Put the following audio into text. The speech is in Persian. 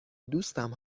دوستم